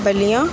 بلیا